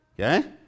Okay